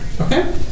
Okay